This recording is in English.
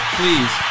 please